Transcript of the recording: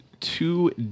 two